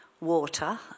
water